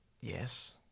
Yes